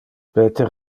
peter